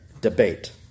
debate